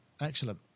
excellent